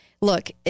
look